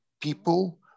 people